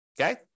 okay